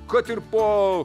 kad ir po